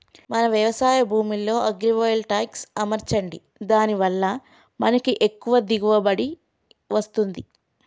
మన వ్యవసాయ భూమిలో అగ్రివోల్టాయిక్స్ అమర్చండి దాని వాళ్ళ మనకి ఎక్కువ దిగువబడి వస్తుంది